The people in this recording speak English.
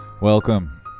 Welcome